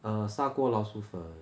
err 砂锅老鼠粉